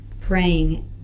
praying